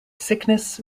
sickness